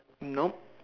nope